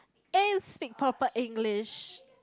eh speak proper English